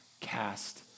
cast